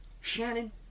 shannon